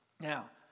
Now